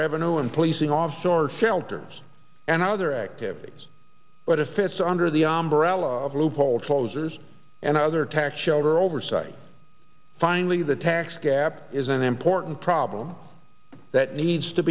revenue and policing offshore filters and other activities but if it's under the umbrella of loophole closures and other tax shelter oversight finally the tax gap is an important problem that needs to